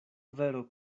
vero